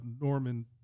Norman